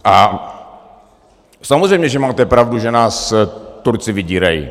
A samozřejmě že máte pravdu, že nás Turci vydírají.